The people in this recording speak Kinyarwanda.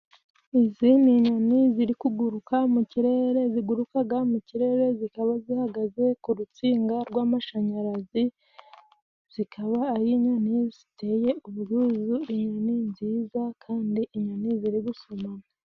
Izi ni inyoni ziri kuguruka mu kirere, zigurukaga mu kirere zikaba zihagaze ku rutsinga rw'amashanyarazi, zikaba ari inyoni ziteye ubwuzu, inyoni nziza kandi inyoni ziri gusomana.